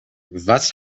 was